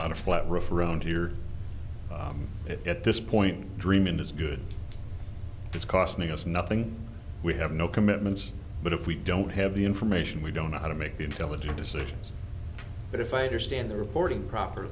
lot of flat roof around here at this point dreamin is good it's costing us nothing we have no commitments but if we don't have the information we don't know how to make intelligent decisions but if i understand the reporting proper